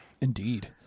Indeed